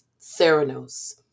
Theranos